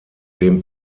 dem